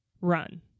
run